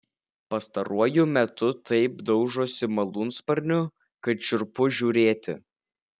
pastaruoju metu taip daužosi malūnsparniu kad šiurpu žiūrėti